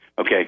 Okay